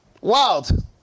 wild